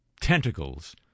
tentacles